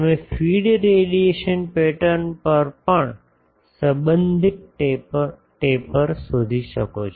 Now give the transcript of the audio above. તમે feed radiation pattern પર પણ સંબંધિત ટેપર શોધી શકો છો